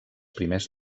primers